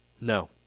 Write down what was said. No